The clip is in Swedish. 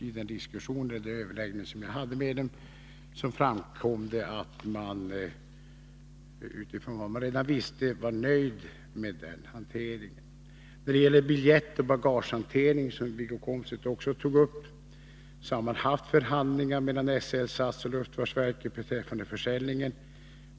I de överläggningar som jag haft med flygbolagen framkom det att man, utifrån vad man redan visste, var nöjd med den hanteringen. Beträffande biljettoch bagagehanteringen — som Wiggo Komstedt också tog upp — har det varit överläggningar mellan SL, SAS och luftfartsverket beträffande försäljningen.